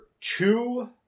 two